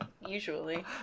Usually